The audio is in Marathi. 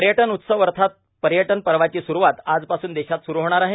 पर्यटन उत्सव अर्थात पर्यटन पर्वाची सुरवात आजपासून देशात सुरू होणार आहे